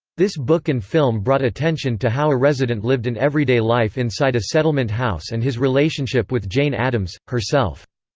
this book and film brought attention to how a resident lived an everyday life inside a settlement house and his relationship with jane addams, herself.